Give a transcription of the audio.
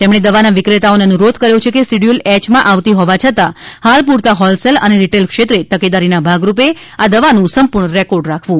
તેમણે દવાના વિક્રેતાઓને અનુરોધ કર્યો હતો કે શિડયુલ એયમાં આવતી હોવા છતાં હાલ પૂરતા હોલસેલ અને રિટેલ ક્ષેત્રે તકેદારીના ભાગરૂપે આ દવાનું સંપૂર્ણ રેકોર્ડ રાખવું